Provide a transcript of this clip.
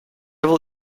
will